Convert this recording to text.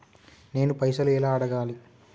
నేను పైసలు ఎలా అడగాలి?